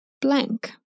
blank